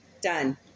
Done